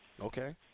Okay